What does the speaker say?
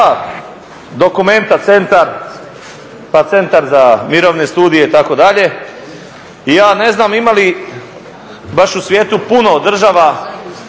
DOCUMENTA Centar, pa Centar za mirovne studije itd. Ja ne znam ima li baš u svijetu puno država